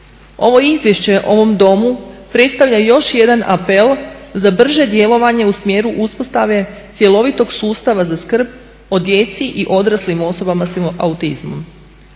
Ovo izvješće ovom Domu predstavlja još jedan apel za brže djelovanje u smjeru uspostave cjelovitog sustava za skrb o djeci i odraslim osobama sa autizmom.